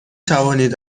توانید